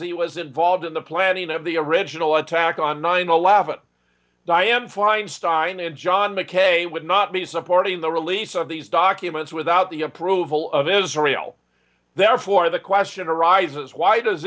as he was involved in the planning of the original attack on nine eleven dianne feinstein and john mckay would not be supporting the release of these documents without the approval of israel therefore the question arises why does